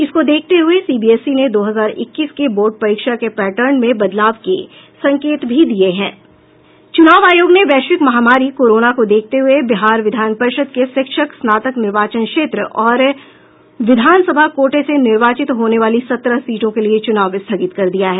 इसको देखते हुये सीबीएसई ने दो हजार इक्कीस के बोर्ड परीक्षा के पैटर्न में बदलाव के संकेत भी दिये हैं चुनाव आयोग ने वैश्विक महामारी कोरोना को देखते हुये बिहार विधान परिषद के शिक्षक स्नातक निर्वाचन क्षेत्र और विधान सभा कोटे से निर्वाचित होने वाली सत्रह सीटों के लिये चुनाव स्थगित कर दिया है